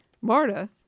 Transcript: Marta